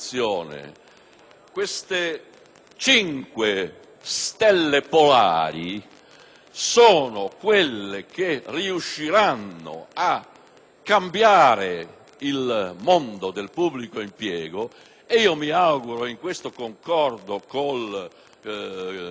Queste cinque stelle polari sono quelle che riusciranno a cambiare il mondo del pubblico impiego. Mi auguro, ed in questo concordo con il collega